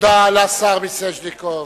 תודה לשר מיסז'ניקוב.